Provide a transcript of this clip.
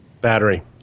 battery